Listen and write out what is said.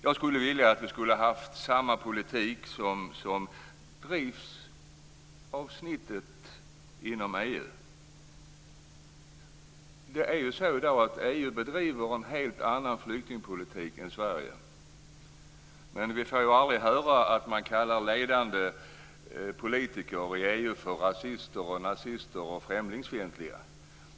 Jag hade önskat att vi hade haft samma politik som drivs av genomsnittet inom EU. EU bedriver i dag en helt annan flyktingpolitik än Sverige. Men vi får aldrig höra att man kallar ledande politiker i EU för rasister, nazister eller främlingsfientliga.